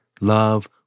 Love